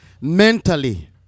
Mentally